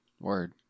Word